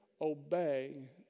obey